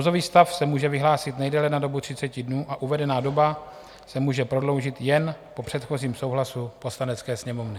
Nouzový stav se může vyhlásit nejdéle na dobu 30 dnů a uvedená doba se může prodloužit jen po předchozím souhlasu Poslanecké sněmovny.